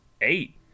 eight